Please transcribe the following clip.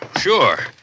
sure